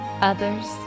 Others